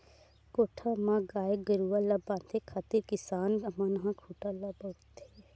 कोठा म गाय गरुवा ल बांधे खातिर किसान मन ह खूटा ल बउरथे